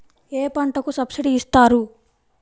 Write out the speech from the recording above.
ఏ పంటకు సబ్సిడీ ఇస్తారు?